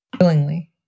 Willingly